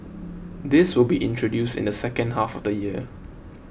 this will be introduced in the second half of the year